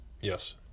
yes